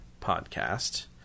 podcast